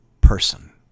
person